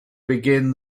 begin